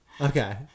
Okay